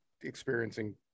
experiencing